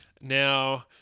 Now